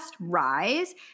Rise